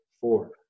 four